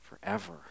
forever